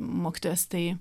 mokytojas tai